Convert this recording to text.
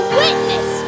witness